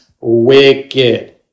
wicked